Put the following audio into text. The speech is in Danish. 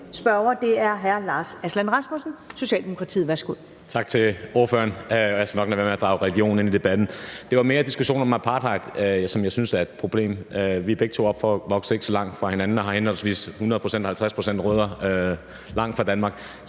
spørger er hr. Lars Aslan Rasmussen, Socialdemokratiet. Værsgo. Kl. 21:16 Lars Aslan Rasmussen (S): Tak til ordføreren. Jeg skal nok lade være med at drage religion ind i debatten. Det er mere diskussionen om apartheid, som jeg synes er et problem. Vi er opvokset ikke så langt fra hinanden og har henholdsvis 100 pct. og 50 pct. rødder langt fra Danmark.